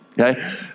okay